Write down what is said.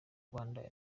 rwanda